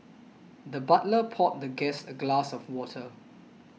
the butler poured the guest a glass of water